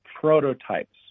prototypes